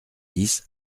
dix